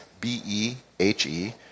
B-E-H-E